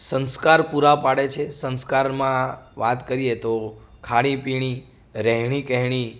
સંસ્કાર પૂરા પાડે છે સંસ્કારમાં વાત કરીએ તો ખાણી પીણી રહેણી કહેણી